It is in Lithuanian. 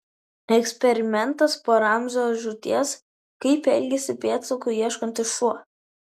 eksperimentas po ramzio žūties kaip elgiasi pėdsakų ieškantis šuo